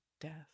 death